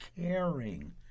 caring